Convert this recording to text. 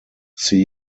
see